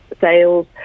sales